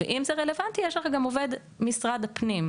ואם זה רלוונטי, יש לכם גם עובד משרד הפנים.